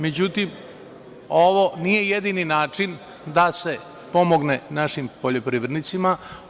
Međutim, ovo nije jedini način da se pomogne našim poljoprivrednicima.